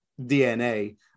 DNA